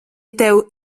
tev